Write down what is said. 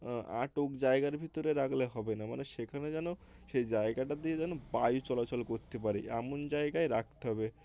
আটক জায়গার ভিতরে রাখলে হবে না মানে সেখানে যেন সেই জায়গাটা দিয়ে যেন বায়ু চলাচল করতে পারি এমন জায়গায় রাখতে হবে